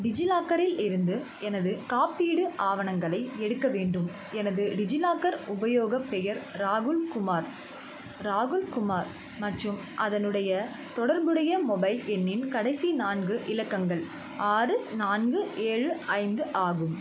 டிஜிலாக்கரில் இருந்து எனது காப்பீடு ஆவணங்களை எடுக்க வேண்டும் எனது டிஜிலாக்கர் உபயோகப் பெயர் ராகுல் குமார் ராகுல் குமார் மற்றும் அதனுடைய தொடர்புடைய மொபைல் எண்ணின் கடைசி நான்கு இலக்கங்கள் ஆறு நான்கு ஏழு ஐந்து ஆகும்